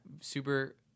super